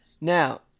Now